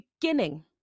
beginning